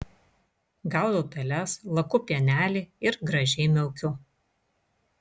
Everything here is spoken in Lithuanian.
gaudau peles laku pienelį ir gražiai miaukiu